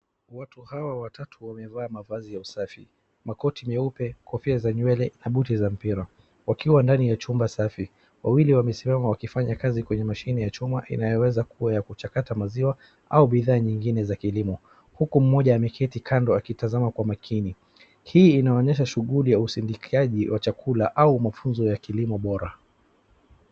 Watu hawa watatu wamevaa mavazi ya usafi, makoti nyeupe, kofia za nywele na buti za mpira, wakiwa ndani ya chumba safi. Wawili wamesimama wakifanya kazi kwenye mashini ya chuma inayoweza kuwa ya kuchakata maziwa au bidhaa nyingine za kilimo huku mmoja ameketi kando akitazama kwa makini. Hii inaonyesha shughuli ya usindikaji wa chakula au mafunzo ya kilimo bora.